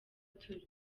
turi